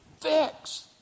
fix